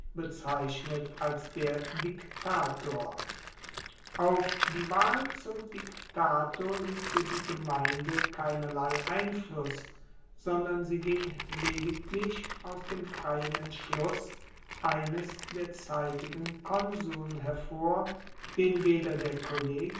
bezeichnet als der dictator auf die wahl zum diktator uebte die gemeinde keinerlei einfluss sondern sie ging lediglich aus dem freien entschluss eines der zeitigen konsuln hervor den weder der kollege